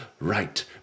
right